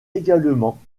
également